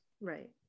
right